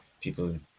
people